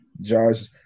Josh